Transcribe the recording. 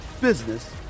business